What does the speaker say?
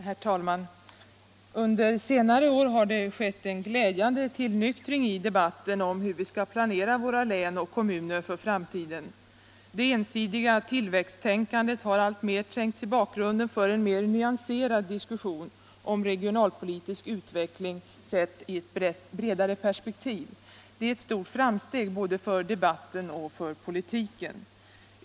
Herr talman! Under senare år har det skett en glädjande tillnyktring i debatten om hur vi skall planera våra län och kommuner för framtiden. Det ensidiga tillväxttänkandet har alltmer trängts i bakgrunden för en mer nyanserad diskussion om regionalpolitisk utveckling sedd i ett bre dare perspektiv. Det är ett stort framsteg för både debatten och politiken.